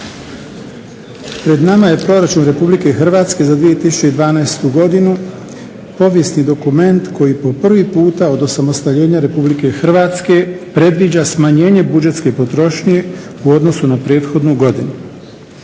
Pred nama je proračun RH za 2012.godinu povijesni dokument koji po prvi puta od osamostaljenja RH predviđa smanjenje budžetske potrošnje u odnosu na prethodnu godinu.